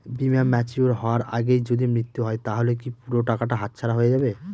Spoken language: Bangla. বীমা ম্যাচিওর হয়ার আগেই যদি মৃত্যু হয় তাহলে কি পুরো টাকাটা হাতছাড়া হয়ে যাবে?